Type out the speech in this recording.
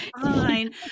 fine